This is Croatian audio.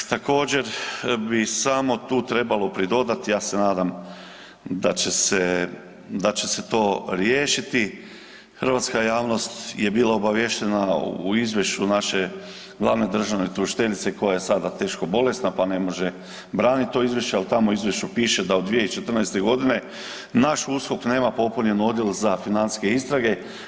Također bih samo tu trebalo pridodati, ja se nadam da će se to riješiti, Hrvatska javnost je bila obaviještena u Izvješću naše glavne državne tužiteljice koja je sada teško bolesna, pa ne može braniti to izvješće ali tamo u izvješću piše da od 2014. naš USKOK nema popunjen odjel za financijske istrage.